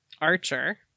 archer